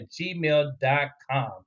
gmail.com